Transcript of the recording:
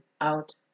out